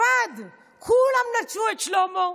כולם נטשו את שלמה,